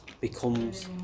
becomes